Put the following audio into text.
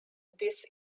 this